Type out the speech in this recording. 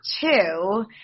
two